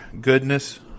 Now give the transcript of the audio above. goodness